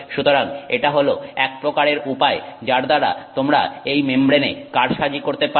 সুতরাং এটা হলো এক প্রকারের উপায় যার দ্বারা তোমরা এই মেমব্রেনে কারসাজি করতে পারো